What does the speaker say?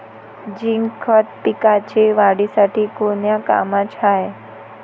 Zinc खत पिकाच्या वाढीसाठी कोन्या कामाचं हाये?